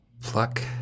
pluck